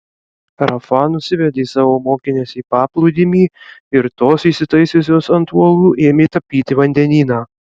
rafa nusivedė savo mokines į paplūdimį ir tos įsitaisiusios ant uolų ėmė tapyti vandenyną